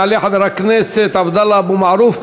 יעלה חבר הכנסת עבדאללה אבו מערוף,